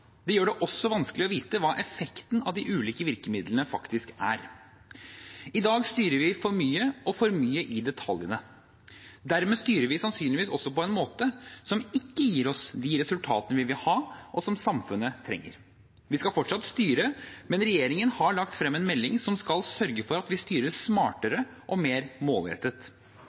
Det gjør det også vanskelig å vite hva effekten av de ulike virkemidlene faktisk er. I dag styrer vi for mye – og for mye i detaljene. Dermed styrer vi sannsynligvis også på en måte som ikke gir oss de resultatene vi vil ha, og som samfunnet trenger. Vi skal fortsatt styre, men regjeringen har lagt frem en melding som skal sørge for at vi styrer smartere og mer målrettet.